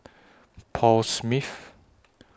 Paul Smith